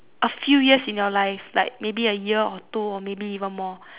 a few years in your life like maybe a year or two or maybe even more